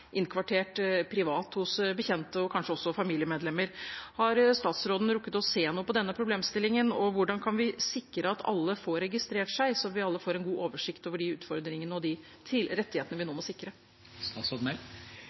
privat hos bekjente og kanskje også familiemedlemmer. Har statsråden rukket å se noe på denne problemstillingen, og hvordan kan vi sikre at alle får registrert seg, så vi alle får en god oversikt over utfordringene og de rettighetene vi